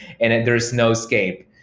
and there's no escape.